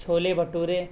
چھولے بھٹورے